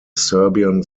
serbian